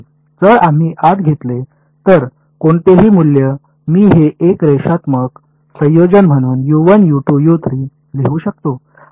जर तुम्ही आत घेतले तर कोणतेही मूल्य मी हे एक रेषात्मक संयोजन म्हणून लिहू शकतो आणि हे रेषात्मक फंक्शन आहेत